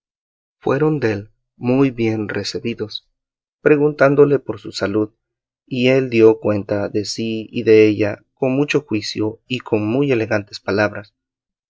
fueron dél muy bien recebidos preguntáronle por su salud y él dio cuenta de sí y de ella con mucho juicio y con muy elegantes palabras